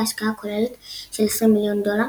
בהשקעה כוללת של 20 מיליון דולר,